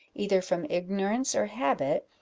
either from ignorance or habit,